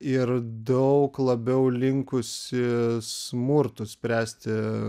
ir daug labiau linkusi smurtu spręsti